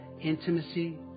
intimacy